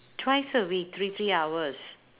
twice a week three three hours